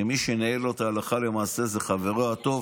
שמי שניהל אותה הלכה למעשה הוא חברו הטוב